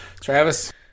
Travis